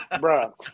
bro